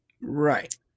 Right